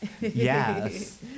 Yes